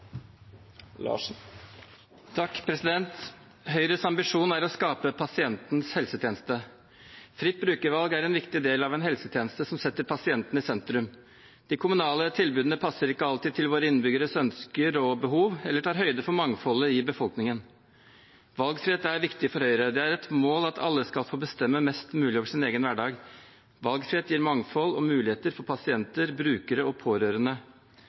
Høyres ambisjon er å skape pasientens helsetjeneste. Fritt brukervalg er en viktig del av en helsetjeneste som setter pasienten i sentrum. De kommunale tilbudene passer ikke alltid til våre innbyggeres ønsker og behov, eller tar ikke høyde for mangfoldet i befolkningen. Valgfrihet er viktig for Høyre; det er et mål at alle skal få bestemme mest mulig over sin egen hverdag. Valgfrihet gir mangfold og muligheter for pasienter, brukere og pårørende.